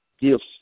gifts